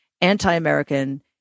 anti-American